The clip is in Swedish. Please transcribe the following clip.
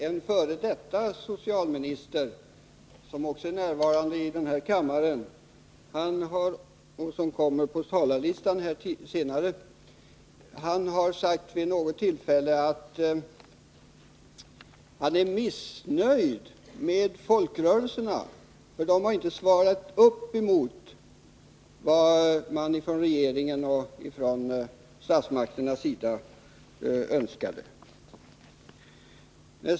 En f. d. socialminister, som också är närvarande i kammaren och som finns litet längre fram på talarlistan, har vid något tillfälle sagt att han är missnöjd med folkrörelserna, då de inte motsvarat statsmakternas förväntningar.